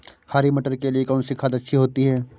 हरी मटर के लिए कौन सी खाद अच्छी होती है?